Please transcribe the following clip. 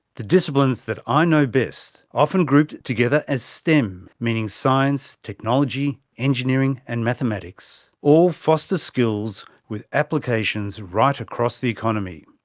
the disciplines that i know best, often grouped together as stem, meaning science, technology, engineering and mathematics, all foster skills with applications right across the economy.